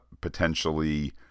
potentially